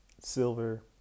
silver